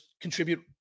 contribute